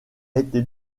été